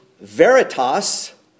Veritas